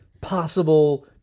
possible